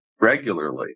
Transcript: regularly